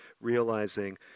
realizing